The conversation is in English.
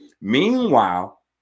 Meanwhile